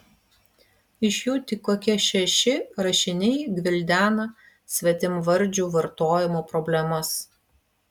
iš jų tik kokie šeši rašiniai gvildena svetimvardžių vartojimo problemas